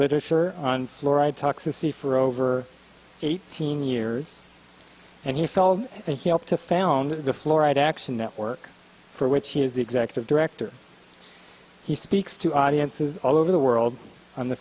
literature on fluoride toxicity for over eighteen years and he fell and he helped to found the fluoride action network for which he is the executive director he speaks to audiences all over the world on the